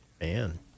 Man